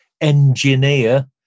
engineer